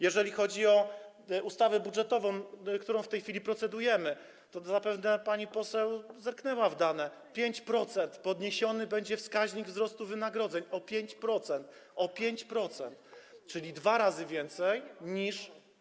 Jeżeli chodzi o ustawę budżetową, nad którą w tej chwili procedujemy, to zapewne pani poseł zerknęła w dane, o 5% podniesiony będzie wskaźnik wzrostu wynagrodzeń - o 5%, czyli dwa razy więcej niż.